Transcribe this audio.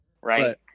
Right